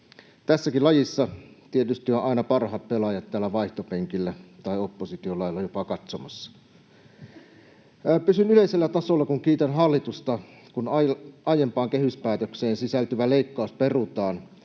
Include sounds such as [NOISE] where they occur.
Tässäkin lajissa tietysti ovat aina parhaat pelaajat täällä vaihtopenkillä tai opposition lailla jopa katsomassa. [LAUGHS] Pysyn yleisellä tasolla ja kiitän hallitusta, kun aiempaan kehyspäätökseen sisältyvä leikkaus perutaan